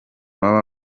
baba